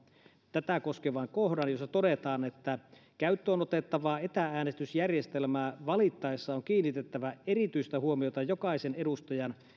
tätä koskevan kohdan jossa todetaan käyttöön otettavaa etä äänestysjärjestelmää valittaessa on kiinnitettävä erityistä huomiota jokaisen edustajan